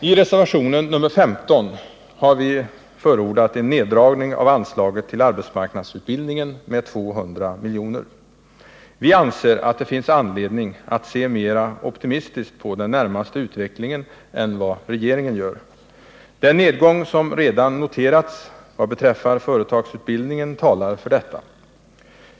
I reservation nr 15 har vi förordat en neddragning av anslaget till arbetsmarknadsutbildning med 200 miljoner. Vi anser att det finns anledning att se mer optimistiskt på den närmaste utvecklingen än vad regeringen gör. Den nedgång som redan noterats vad beträffar företagsutbildningen talar för - detta.